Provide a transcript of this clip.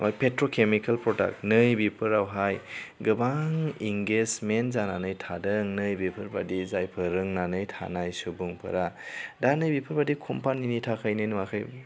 ओमफ्राय petrochemical product नैबेफोरावहाय गोबां इंगेसमेन्ट जानानै थादों नैबेफोर बायदि जायफोर रोंनानै थानाय सुबुंफ्रा दा नैबेफोर बायदि कम्पानीनि थाखायनो नुवाखै